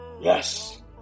yes